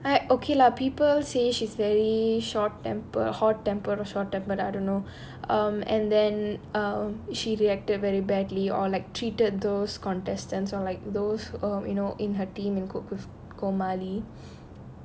I okay lah people say she's very short temper hot tempered or short temper but I don't know um and then err she reacted very badly or like treated those contestants like those um you know in her team and cook with Komali